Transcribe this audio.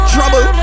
Trouble